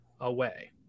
Away